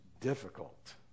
difficult